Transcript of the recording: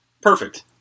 Perfect